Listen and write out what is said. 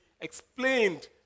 explained